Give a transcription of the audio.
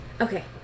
Okay